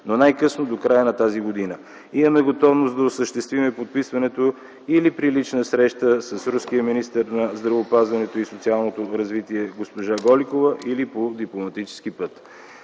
но най-късно до края на тази година. Има готовност да осъществим подписването или при лична среща с руския министър на здравеопазването и социалното развитие госпожа Голикова, или по дипломатически път.